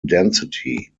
density